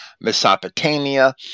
Mesopotamia